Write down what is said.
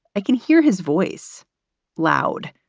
i can hear his voice loud,